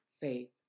faith